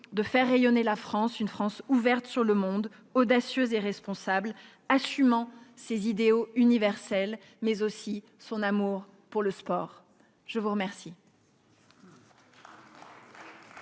de faire rayonner la France, une France ouverte sur le monde, audacieuse et responsable, assumant ses idéaux universels et son amour pour le sport. La parole